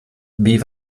wie